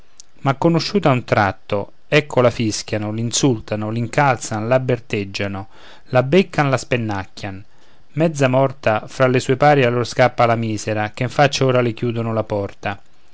ma conosciuta a un tratto ecco la fischiano l'insultano l'incalzan la berteggiano la beccan la spennacchian mezza morta fra le sue pari allor scappa la misera che in faccia ora le chiudono la porta